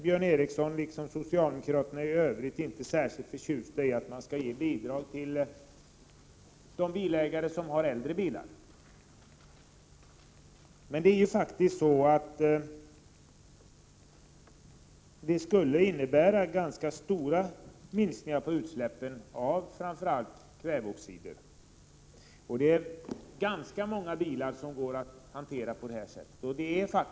Björn Ericson liksom socialdemokraterna i övrigt är inte särskilt förtjust i att ge bidrag till de bilägare som har äldre bilar. Det skulle dock innebära ganska stora minskningar av utsläppen av framför allt kväveoxider. Och det är ganska många bilar som går att hantera på det här sättet.